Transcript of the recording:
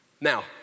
Now